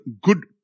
good